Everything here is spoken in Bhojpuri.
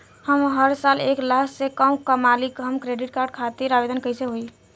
हम हर साल एक लाख से कम कमाली हम क्रेडिट कार्ड खातिर आवेदन कैसे होइ?